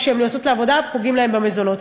שיוצאות לעבודה, פוגעים להן במזונות.